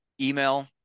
email